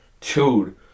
Dude